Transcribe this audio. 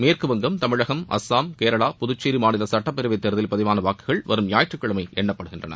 மேற்கு வங்கம் தமிழகம் அஸ்ஸாம் கேரளா புதுச்சேரி மாநில சட்டப்பேரவை தேர்தலில் பதிவான வாக்குகள் வரும் ஞாயிற்றுக்கிழமை எண்ணப்படுகின்றன